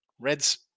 Reds